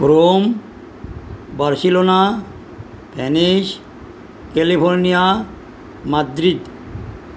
Rome Barcelona Venice California Madrid